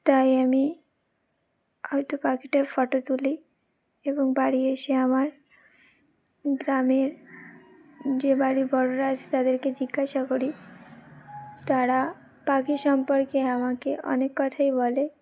তাই আমি হয়তো পাখিটার ফটো তুলি এবং বাড়ি এসে আমার গ্রামের যে বাড়ির বড়রা আছে তাদেরকে জিজ্ঞাসা করি তারা পাখি সম্পর্কে আমাকে অনেক কথাই বলে